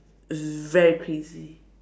very crazy